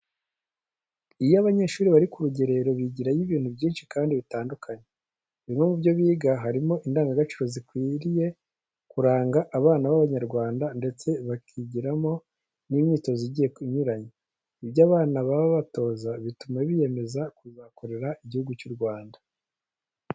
Iyo abanyeshuri bari ku rugerero bigirayo ibintu byinshi kandi bitandukanye. Bimwe mu byo biga harimo indangagaciro zikwiriye kuranga abana b'Abanyarwanda ndetse bakigiramo n'imyitozo igiye inyuranye. Ibyo aba bana babatoza, bituma biyemeza kuzakorera Igihugu cy'u Rwanda.